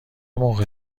موقع